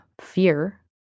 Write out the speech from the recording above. fear